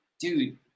dude